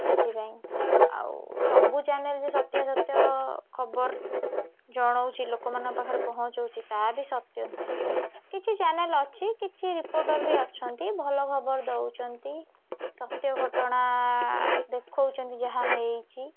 ସେଥିପାଇଁ ଆଉ ସବୁ ଚ୍ୟାନେଲ୍ ଯେ ସତ୍ୟାସତ୍ୟ ଖବର ଜଣଉଛି ଲୋକମାନଙ୍କ ପାଖରେ ପହଞ୍ଚାଉଛି ତା' ବି ସତ୍ୟ ନୁହେଁ କିଛି ଚ୍ୟାନେଲ୍ ଅଛି କିଛି ରିପୋର୍ଟର ବି ଅଛନ୍ତି ଭଲ ଖବର ଦେଉଛନ୍ତି ସତ୍ୟ ଘଟଣା ଦେଖାଉଛନ୍ତି ଯାହା ହେଇଛି